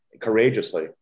courageously